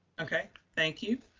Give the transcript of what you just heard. okay. thank you.